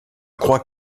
crois